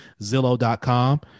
Zillow.com